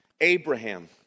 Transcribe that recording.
Abraham